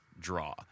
draw